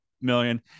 million